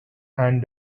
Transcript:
and